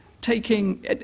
taking